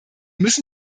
müssen